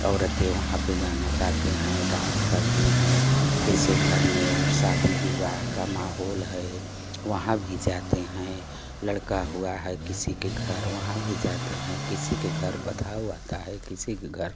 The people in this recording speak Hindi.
औरतें वहाँ पे गाना गाते हैं डांस करते हैं जैसे घर में शादी विवाह का माहौल है वहाँ भी जाते हैं लड़का हुआ है किसी के घर वहाँ भी जाते हैं किसी के घर बधाऊ आता है किसी के घर